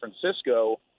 Francisco